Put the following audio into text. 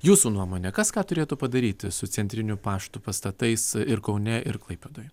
jūsų nuomone kas ką turėtų padaryti su centrinių paštų pastatais ir kaune ir klaipėdoje